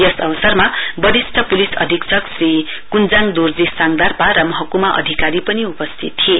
यस अवसरमा वरिस्ट पुलिस अधीक्षक श्री कुञ्जाङ दोर्जी साङदारपा र महकुमा अधिकारी पनि उपस्थित थिए